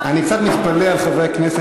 זה לא קשור אליך.